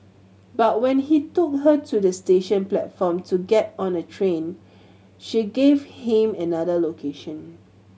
but when he took her to the station platform to get on a train she gave him another location